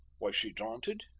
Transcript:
was she daunted?